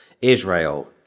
Israel